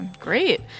Great